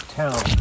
town